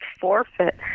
forfeit